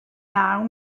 naw